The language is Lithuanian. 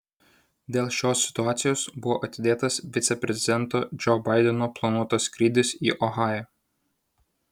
dėl šios situacijos buvo atidėtas viceprezidento džo baideno planuotas skrydis į ohają